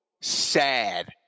sad